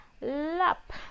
lap